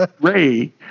Ray